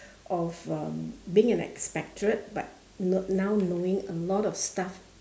of um being an expatriate but now knowing a lot of stuff